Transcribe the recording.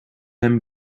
hem